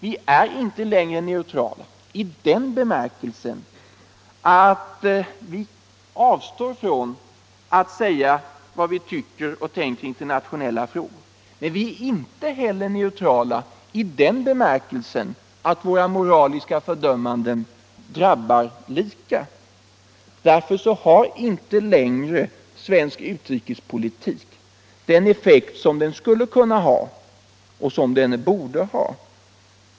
Vi är inte längre neutrala i den bemärkelsen att vi avstår från att säga vad vi tycker och tänker i internationella frågor. Men vi är inte heller neutrala i den bemärkelsen att våra moraliska fördömanden drabbar lika. Därför har inte längre svensk utrikespolitik den effekt som den skulle kunna ha och som den borde ha.